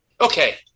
Okay